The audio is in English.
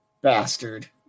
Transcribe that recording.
bastard